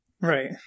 Right